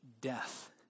death